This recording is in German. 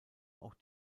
auch